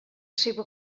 seva